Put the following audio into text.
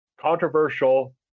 controversial